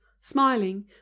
smiling